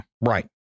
Right